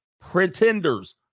pretenders